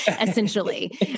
essentially